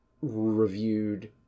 reviewed